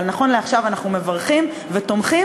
אבל נכון לעכשיו אנחנו מברכים ותומכים,